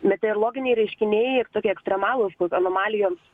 meteorloginiai reiškiniai ir tokie ekstremalūs anomalijoms